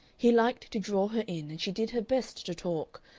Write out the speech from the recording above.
he liked to draw her in, and she did her best to talk.